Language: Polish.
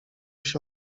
się